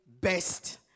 best